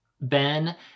Ben